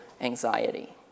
anxiety